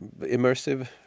immersive